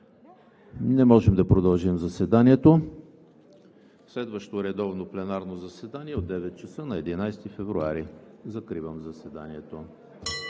Не можем да продължим заседанието. Следващо редовно пленарно заседание от 9,00 ч. на 11 февруари 2021 г. Закривам заседанието.